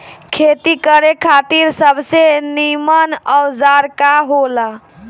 खेती करे खातिर सबसे नीमन औजार का हो ला?